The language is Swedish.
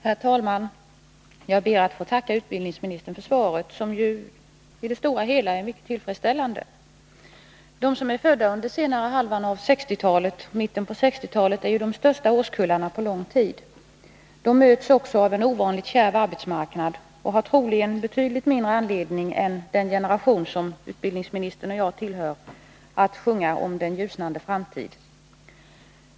Herr talman! Jag ber att få tacka utbildningsministern för svaret, som ju i det stora hela är mycket tillfredsställande. De som är födda under mitten av 60-talet och den senare halvan av 60-talet är de största årskullarna på lång tid. De möts också av en ovanligt kärv arbetsmarknad och har troligen betydligt mindre anledning än den generation som utbildningsministern och jag tillhör att sjunga om den ljusnande framtid.